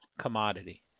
commodity